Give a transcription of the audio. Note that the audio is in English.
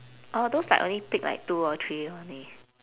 oh those like only pick two or three only